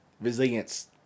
resilience